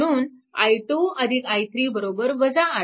म्हणून i 2 i3 8